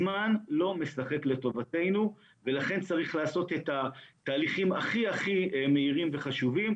הזמן לא משחק לטובתנו ולכן צריך לעשות את התהליכים הכי מהירים וחשובים,